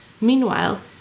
Meanwhile